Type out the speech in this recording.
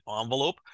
envelope